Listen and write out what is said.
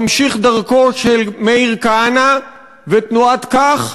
ממשיך דרכו של מאיר כהנא ותנועת "כך",